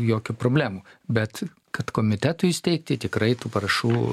jokių problemų bet kad komitetui įsteigti tikrai tų parašų